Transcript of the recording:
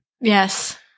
Yes